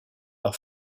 par